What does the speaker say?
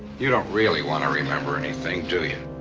you don't really want to remember anything, do you?